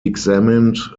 examined